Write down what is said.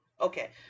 okay